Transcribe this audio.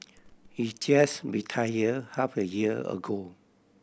he just retired half a year ago